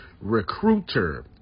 Recruiter